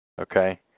okay